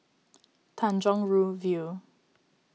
Tanjong Rhu View